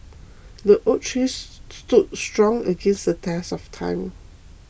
the oak tree stood strong against the test of time